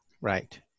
Right